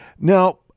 Now